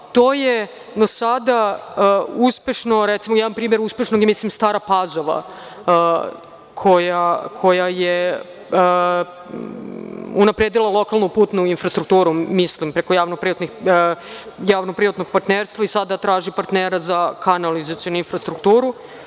To je do sada uspešno odrađeno, recimo, jedan primer, Stara Pazova koja je unapredila lokalnu putnu infrastrukturu, mislim, preko javno-privatnog partnerstva i sada traži partnera za kanalizacionu infrastrukturu.